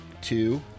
two